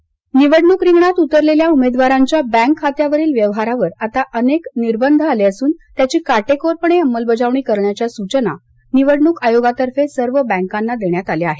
बँकखाते निर्वंध निवडणूक रिंगणात उतरलेल्या उमेदवारांच्या बँक खात्यावरील व्यवहारांवर आता अनेक निर्बंध आले असून त्याची काटेकोरपणे अंमलबजावणी करण्याच्या सूचना निवडणूक आयोगातर्फे सर्व बँकांना देण्यात आल्या आहेत